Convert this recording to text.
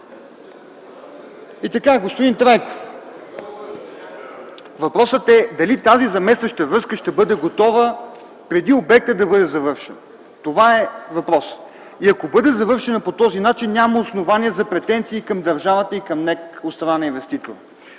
Господин Трайков, въпросът е дали тази заместваща връзка ще бъде готова преди обектът да бъде завършен? Това е въпросът. И ако бъде завършена по този начин, няма основание за претенции към държавата и към НЕК от страна на инвеститора.